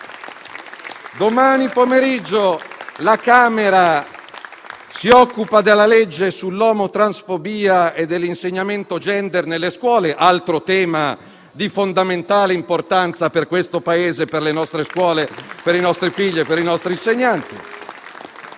Domani pomeriggio la Camera si occupa della legge sull'omotransfobia e dell'insegnamento *gender* nelle scuole, altro tema di fondamentale importanza per questo Paese e per le nostre scuole, per i nostri figli e per i nostri insegnanti.